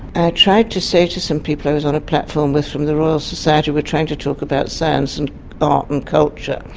i tried to say to some people i was on a platform with from the royal society, we were trying to talk about science and art and culture,